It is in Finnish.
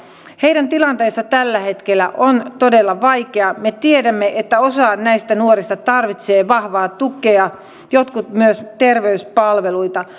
heidän tilanteensa tällä hetkellä on todella vaikea me tiedämme että osa näistä nuorista tarvitsee vahvaa tukea jotkut myös terveyspalveluita